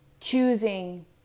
choosing